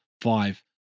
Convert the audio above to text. five